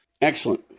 Excellent